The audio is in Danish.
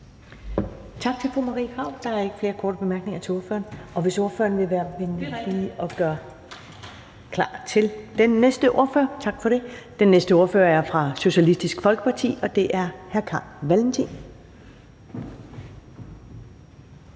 Tak til fru Marie Krarup. Der er ikke flere korte bemærkninger til ordføreren. Vil ordføreren lige være venlig at gøre talerstolen klar til den næste ordfører? Tak for det. Den næste ordfører er fra Socialistisk Folkeparti, og det er hr. Carl Valentin.